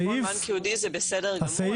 חשבון בנק ייעודי זה בסדר גמור,